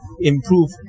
improve